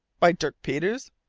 by dirk peters?